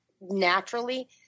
naturally